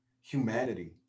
humanity